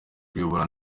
kuyobora